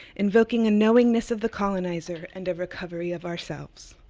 invoking a knowingness of the colonizer, and a recovery of ourselves.